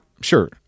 Sure